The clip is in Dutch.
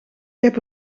heb